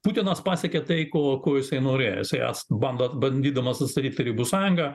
putinas pasiekė tai ko ko jisai norėjo jisai es bandot bandydamas atstatyt tarybų sąjungą